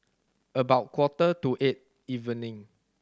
about quarter to eight evening